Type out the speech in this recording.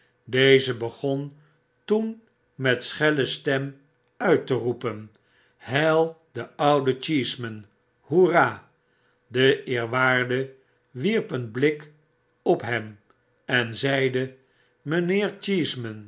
deze begon toen met schelle stem uitteroepen heil den ouden cheeseman hoera de eerwaarde wierp een blik op hem en zeide